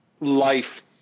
life